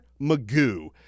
Magoo